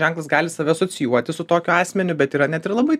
ženklas gali save asocijuoti su tokiu asmeniu bet yra net ir labai